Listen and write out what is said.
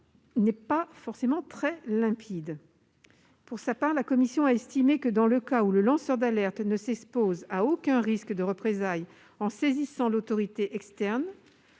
n'est pas forcément très limpide ... Pour sa part, la commission a estimé que, dans le cas où le lanceur d'alerte ne s'expose à aucun risque de représailles en saisissant l'autorité externe,